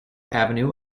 avenue